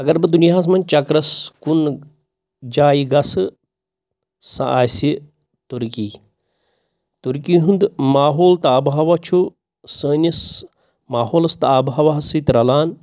اگر بہٕ دُنیاہَس منٛز چَکرَس کُن جایہِ گژھٕ سۄ آسہِ تُرکی تُرکی ہُنٛد ماحول تہٕ آب ہوا چھُ سٲنِس ماحولَس تہٕ آبہٕ ہَوہَس سۭتۍ رَلان